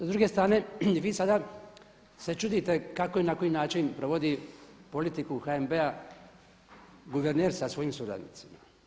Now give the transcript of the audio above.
S druge strane, vi sada se čudite kako i na koji način provodi politiku HNB-a guverner sa svojim suradnicima.